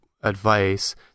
advice